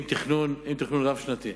עם תכנון רב-שנתי.